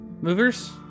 movers